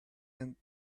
and